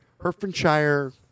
Hertfordshire